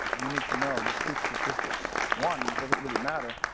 you need to know, there's two statistics. one, doesn't really matter.